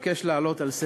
אבקש להעלות על סדר-יומה,